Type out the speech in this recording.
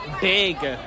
big